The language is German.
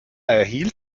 erhielt